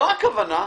זו הכוונה.